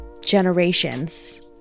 generations